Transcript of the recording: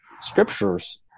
scriptures